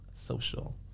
Social